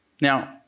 Now